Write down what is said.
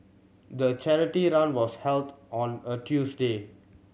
the charity run was held on a Tuesday